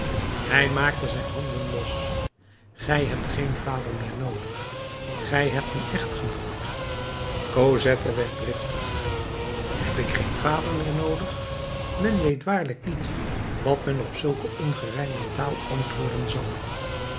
hij maakte zijn handen los gij hebt geen vader meer noodig gij hebt een echtgenoot cosette werd driftig heb ik geen vader meer noodig men weet waarlijk niet wat men op zulke ongerijmde taal antwoorden zal